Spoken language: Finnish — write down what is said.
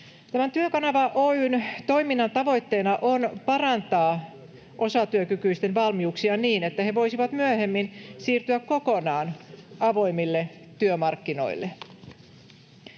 Työkanava Oy:n toiminnan tavoitteena on parantaa osatyökykyisten valmiuksia niin, että he voisivat myöhemmin siirtyä kokonaan avoimille työmarkkinoille.